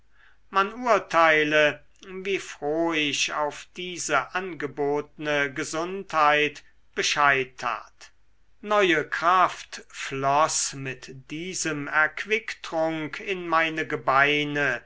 man urteile wie froh ich auf diese angebotne gesundheit bescheid tat neue kraft floß mit diesem erquicktrunk in meine gebeine